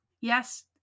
Yes